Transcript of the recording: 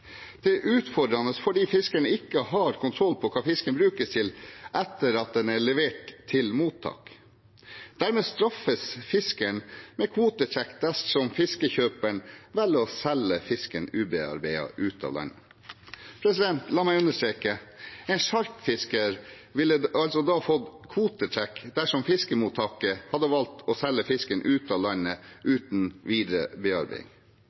Det er utfordrende, fordi fiskerne ikke har kontroll på hva fisken brukes til etter at den er levert til mottak. Dermed straffes fiskeren med kvotetrekk dersom fiskekjøperen velger å selge fisken ubearbeidet utenlands. La meg understreke: En sjarkfisker ville altså da fått kvotetrekk dersom fiskemottaket hadde valgt å selge fisken ut av landet uten videre